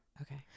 Okay